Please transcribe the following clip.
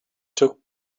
took